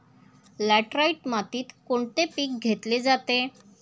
Laterite मातीत कोणते पीक घेतले जाते?